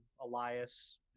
Elias